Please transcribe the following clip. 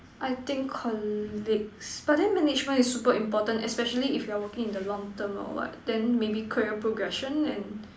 I think colleagues but then management is super important especially if you are working in the long term or what then maybe career progression and